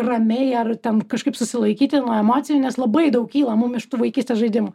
ramiai ar ten kažkaip susilaikyti nuo emocijų nes labai daug kyla mum iš tų vaikystės žaidimų